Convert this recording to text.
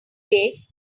way